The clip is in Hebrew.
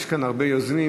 יש כאן הרבה יוזמים.